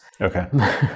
Okay